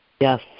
Yes